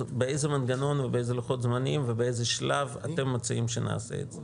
באיזה מנגנון ובאילו לוחות זמנים ובאיזה שלב אתם מציעים שנעשה את זה.